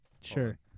sure